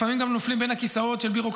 לפעמים הם גם נופלים בין הכיסאות בביורוקרטיה.